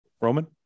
Roman